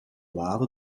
waadde